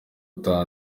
gutaha